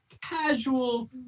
casual